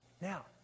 Now